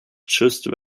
just